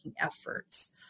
efforts